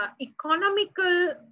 economical